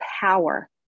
power